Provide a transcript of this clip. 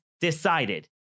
decided